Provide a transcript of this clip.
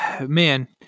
Man